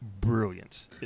brilliant